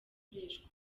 gukoreshwa